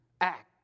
act